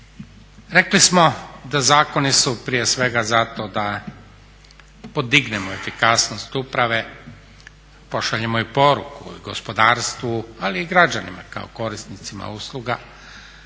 Rekli smo da zakoni su prije svega zato da podignemo efikasnost uprave, pošaljemo poruku i gospodarstvu ali i građanima kao korisnicima usluga